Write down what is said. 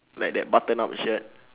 like that button up shirt